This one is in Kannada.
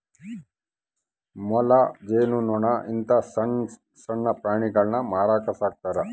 ಮೊಲ, ಜೇನು ನೊಣ ಇಂತ ಸಣ್ಣಣ್ಣ ಪ್ರಾಣಿಗುಳ್ನ ಮಾರಕ ಸಾಕ್ತರಾ